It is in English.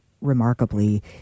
remarkably